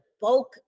bulk